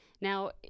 Now